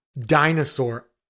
dinosaur